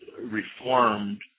reformed